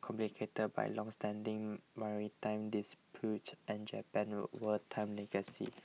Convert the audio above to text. complicated by longstanding maritime disputes and Japan's wartime legacy